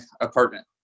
apartment